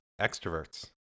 extroverts